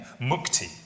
Mukti